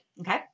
Okay